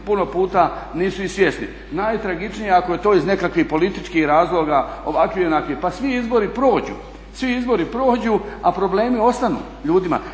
puno puta nisu ni svjesni. Najtragičnije je ako je to iz nekakvih političkih razloga ovakvih i onakvih. Pa svi izbori prođu a problemi ostanu ljudima.